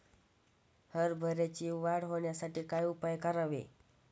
हरभऱ्याची वाढ होण्यासाठी काय उपाय करावे?